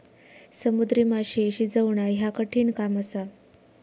समुद्री माशे शिजवणा ह्या कठिण काम असा